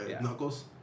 Knuckles